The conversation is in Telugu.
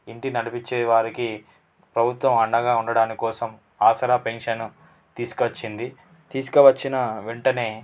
ఇంటిని నడిపిచ్చేవారికి ప్రభుత్వం అండగా ఉండడానికోసం ప్రభుత్వం ఆసరా పెన్షన్ తీసుకొచ్చింది తీసుకవచ్చిన వెంటనే